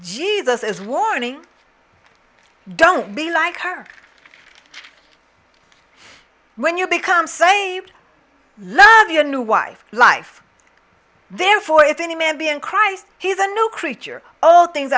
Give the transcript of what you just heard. jesus is warning don't be like her when you become saved love your new wife life therefore if any man be in christ he's a new creature all things